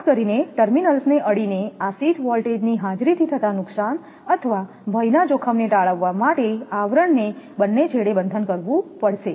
ખાસ કરીને ટર્મિનલ્સને અડીને આ શીથ વોલ્ટેજની હાજરીથી થતા નુકસાન અથવા ભયના જોખમને ટાળવા માટે આવરણને બંને છેડે બંધન કરવું પડશે